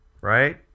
right